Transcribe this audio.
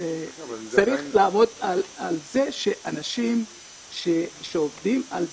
צריך לעבוד על זה שאנשים שעובדים על זה,